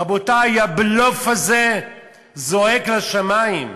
רבותי, הבלוף הזה זועק לשמים.